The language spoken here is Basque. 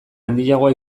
handiagoa